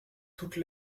toute